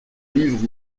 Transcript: livre